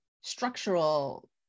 structural